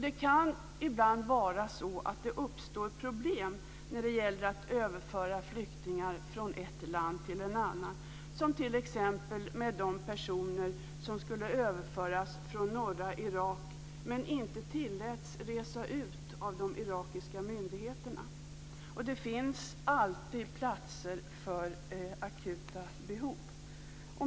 Det kan ibland vara så att det uppstår problem när det gäller att överföra flyktingar från ett land till ett annat, som t.ex. med de personer som skulle överföras från norra Irak men inte tilläts resa ut av de irakiska myndigheterna. Det finns alltid platser för akuta behov.